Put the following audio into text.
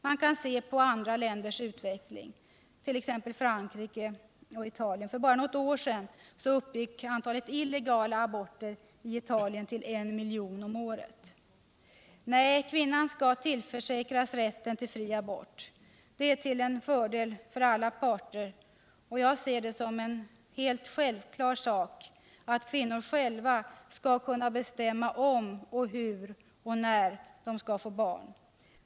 Man kan se pä utvecklingen i andra länder, t.ex. Frankrike och Italien. För bara något år sedan uppgick antalet illegala aborter i Italien till en miljon om året. Nej, kvinnan skall tillförsäkras rätten till fri abort. Det är till fördel för alla parter. Jag ser det som en helt självklar sak att kvinnor själva skall kunna bestämma, om och hur och när de skall få barn.